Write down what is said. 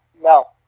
No